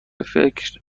فکر